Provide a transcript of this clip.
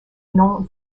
nom